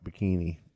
bikini